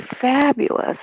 fabulous